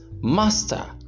master